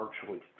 virtually